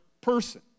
person